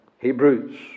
Hebrews